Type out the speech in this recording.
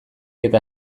eta